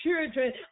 children